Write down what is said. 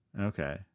Okay